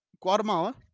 Guatemala